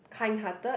kind hearted